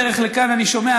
בדרך לכאן אני שומע,